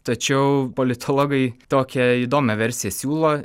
tačiau politologai tokią įdomią versiją siūlo